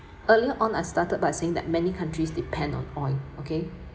earlier on I started by saying that many countries depend on oil okay